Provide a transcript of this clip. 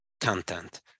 content